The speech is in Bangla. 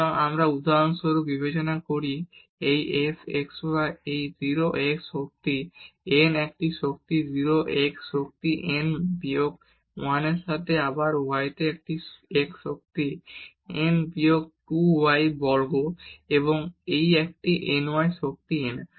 সুতরাং আমরা উদাহরণস্বরূপ বিবেচনা করি এই f x y একটি 0 x শক্তি n একটি 0 x শক্তি n বিয়োগ 1 এর সাথে আবার y তে এখানে x শক্তি n বিয়োগ 2 y বর্গ এবং তাই একটি n y শক্তি n